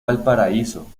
valparaíso